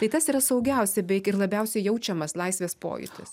tai kas yra saugiausia bei ir labiausiai jaučiamas laisvės pojūtis